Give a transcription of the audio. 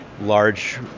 large